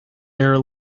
error